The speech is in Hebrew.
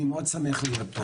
אני מאוד שמח להיות פה.